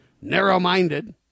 narrow-minded